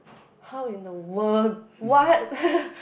how in the world what